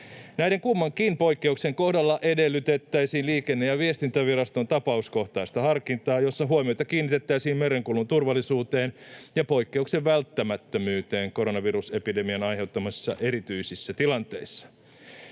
Näiden kummankin poikkeuksen kohdalla edellytettäisiin Liikenne‑ ja viestintäviraston tapauskohtaista harkintaa, jossa huomiota kiinnitettäisiin merenkulun turvallisuuteen ja poikkeuksen välttämättömyyteen koronavirusepidemian aiheuttamissa erityisissä tilanteissa.